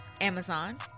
Amazon